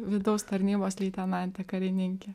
vidaus tarnybos leitenantė karininkė